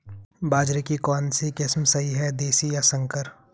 बाजरे की कौनसी किस्म सही हैं देशी या संकर?